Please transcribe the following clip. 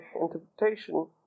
interpretation